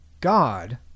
God